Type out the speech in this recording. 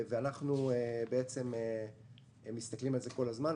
אנחנו מסתכלים על זה כל הזמן.